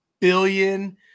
billion